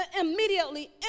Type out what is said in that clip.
immediately